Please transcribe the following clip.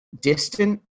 distant